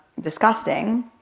disgusting